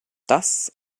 das